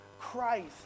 Christ